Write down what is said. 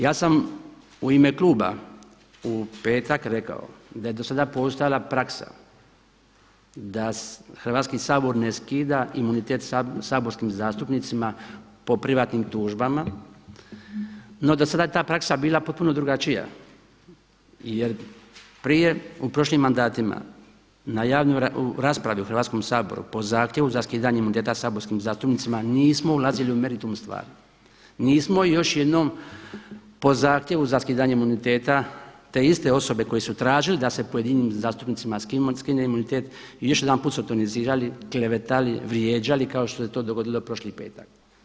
Ja sam u ime kluba u petak rekao da je dosada postojala praksa da Hrvatski sabor ne skida imunitet saborskim zastupnicima po privatnim tužbama, no dosada je ta praksa bila potpuno drugačija jer prije u prošli mandatima u raspravi u Hrvatskom saboru po zahtjevu za skidanje imuniteta saborskim zastupnicima nismo ulazili u meritum stvari, nismo još jednom po zahtjevu za skidanje imuniteta te iste osobe koje su tražile da se pojedinim zastupnicima skine imunitet i još jedanput su tonizirali, klevetali, vrijeđali kao što se to dogodilo prošli petak.